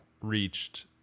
reached